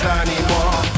anymore